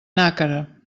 nàquera